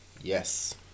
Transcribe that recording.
Yes